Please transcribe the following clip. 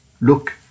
look